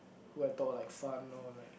who I thought were like fun or like